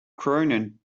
cronin